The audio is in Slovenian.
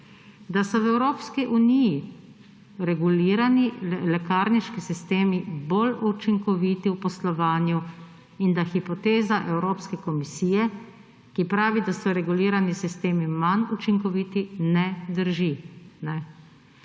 Da so v Evropski uniji regulirani lekarniški sistemi bolj učinkoviti v poslovanju in da hipoteza Evropske komisije, ki pravi, da so regulirani sistemi manj učinkoviti, ne drži.